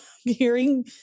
hearing